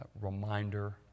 reminder